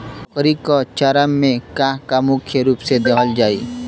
बकरी क चारा में का का मुख्य रूप से देहल जाई?